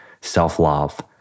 self-love